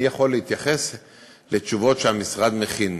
אני יכול להתייחס לתשובות שהמשרד מכין.